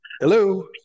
Hello